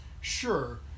sure